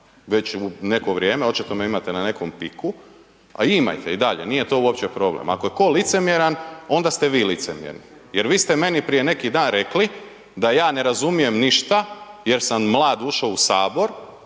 već u neko vrijeme, očito me imate na nekom piku, a imajte i dalje, nije to uopće problem, ako je ko licemjeran onda ste vi licemjerni jer vi ste meni prije neki dan rekli da ja ne razumijem ništa jer sam mlad ušo u sabor